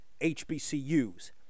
HBCUs